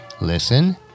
listen